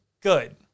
good